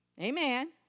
amen